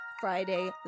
Friday